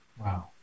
Wow